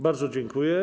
Bardzo dziękuję.